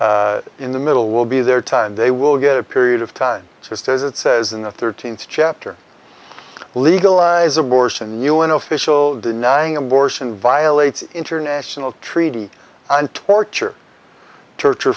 and in the middle will be their time they will get a period of time just as it says in the thirteenth chapter legalize abortion un official denying abortion violates international treaty and torture torture